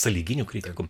sąlyginių kritikų